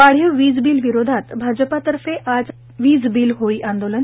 वाढीव वीज बील विरोधात भाजप तर्फे आज वीज बील होळी आंदोलन